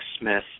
Smith